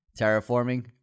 Terraforming